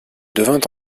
devint